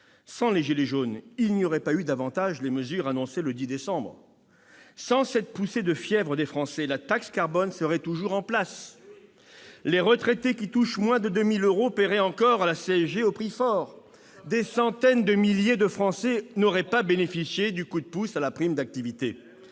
Sans les « gilets jaunes », il n'y aurait pas eu davantage les mesures annoncées le 10 décembre. Sans cette poussée de fièvre des Français, la taxe carbone serait toujours en place. Eh oui ! Les retraités qui touchent moins de 2 000 euros paieraient encore la CSG au prix fort. Exactement ! Des centaines de milliers de Français n'auraient pas bénéficié du coup de pouce à la prime d'activité.